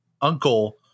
uncle